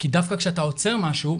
כי דווקא כשאתה עוצר משהו,